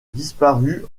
disparut